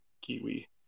Kiwi